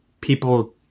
people